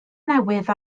newydd